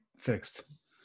fixed